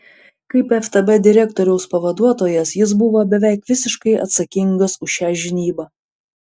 kaip ftb direktoriaus pavaduotojas jis buvo beveik visiškai atsakingas už šią žinybą